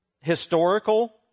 historical